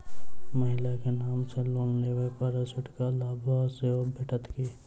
महिला केँ नाम सँ लोन लेबऽ पर छुटक लाभ सेहो भेटत की?